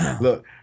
Look